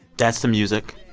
that's the music.